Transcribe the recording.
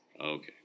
Okay